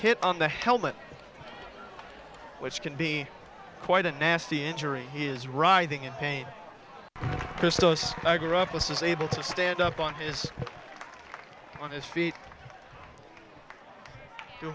hit on the helmet which can be quite a nasty injury he is writhing in pain pistorius i grew up with was able to stand up on his on his feet you